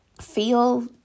feel